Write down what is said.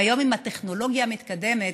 והיום, עם הטכנולוגיה המתקדמת,